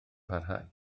parhau